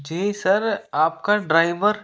जी sir आपका driver